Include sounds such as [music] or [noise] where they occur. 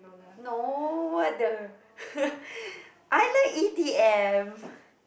no what the [laughs] I like E_D_M